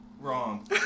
Wrong